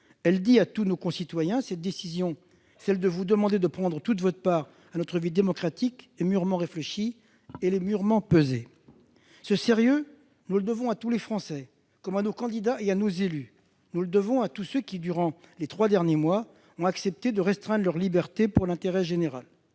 le message suivant :« Cette décision, qui consiste à vous demander de prendre toute votre part dans notre vie démocratique, est mûrement réfléchie et pesée ». Ce sérieux, nous le devons à tous les Français comme à nos candidats et à nos élus. Nous le devons à tous ceux qui, durant ces trois derniers mois, ont accepté de restreindre leurs libertés au nom de l'intérêt général.